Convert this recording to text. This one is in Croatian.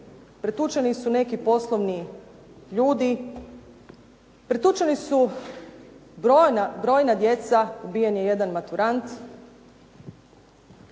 pretučeni su neki poslovni ljudi, pretučena su brojna djeca, ubijen je jedan maturant,